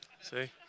See